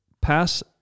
pass